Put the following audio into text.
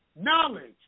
knowledge